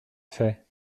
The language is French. fait